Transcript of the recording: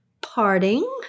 parting